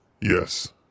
Yes